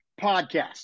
podcast